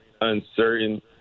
uncertain